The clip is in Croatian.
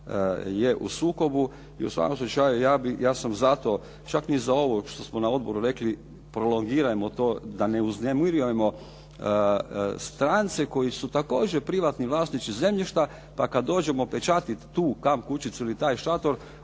u svakom slučaju ja sam za to čak ni za ovo što smo na odboru rekli prolongirajmo to da ne uznemirujemo strance koji su također privatni vlasnici zemljišta, pa kada dođemo pečatiti tu kamp kućicu ili taj šator,